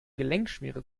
gelenkschmiere